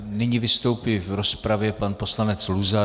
Nyní vystoupí v rozpravě pan poslanec Luzar.